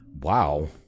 wow